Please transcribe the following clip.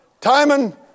Timon